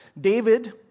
David